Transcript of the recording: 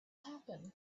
happen